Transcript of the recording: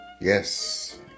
Yes